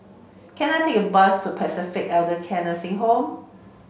can I take a bus to Pacific Elder Care Nursing Home